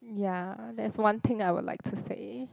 ya that's one thing that I would like to say